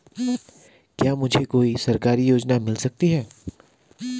क्या मुझे कोई सरकारी योजना मिल सकती है?